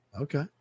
Okay